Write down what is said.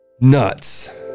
nuts